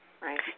Right